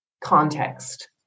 context